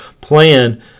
plan